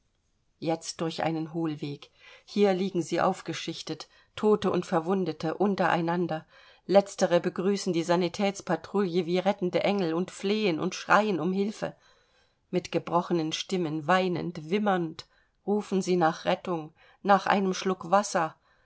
jetzt durch einen hohlweg hier liegen sie aufgeschichtet tote und verwundete untereinander letztere begrüßen die sanitätspatrouille wie rettende engel und flehen und schreien um hilfe mit gebrochenen stimmen weinend wimmernd rufen sie nach rettung nach einem schluck wasser